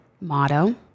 motto